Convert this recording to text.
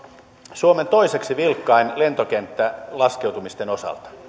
suomen toiseksi vilkkain lentokenttä laskeutumisten osalta